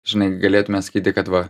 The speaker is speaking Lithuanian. žinai galėtume sakyti kad va